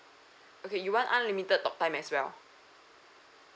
okay you want unlimited talk time as well